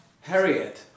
Harriet